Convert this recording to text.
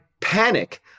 panic